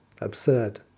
absurd